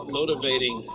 motivating